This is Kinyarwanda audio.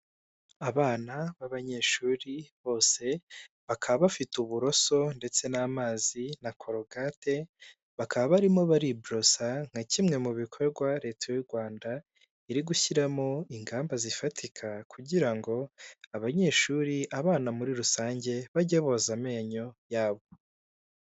Abana b'abanyeshuri bose bakaba bafite uburoso ndetse n'amazi na korogate bakaba barimo bari borosa nka kimwe mu bikorwa leta y'u Rwanda iri gushyiramo ingamba zifatika kugira ngo abanyeshuri, abana muri rusange bajye boza amenyo yabo.